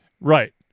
Right